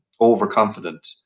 overconfident